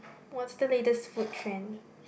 what's the latest food trend